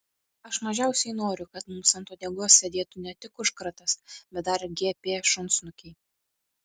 aš mažiausiai noriu kad mums ant uodegos sėdėtų ne tik užkratas bet dar ir gp šunsnukiai